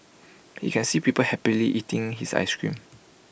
he can see people happily eating his Ice Cream